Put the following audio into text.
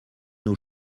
nos